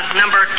number